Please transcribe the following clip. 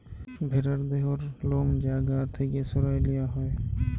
ভ্যারার দেহর লম যা গা থ্যাকে সরাঁয় লিয়া হ্যয়